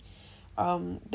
um that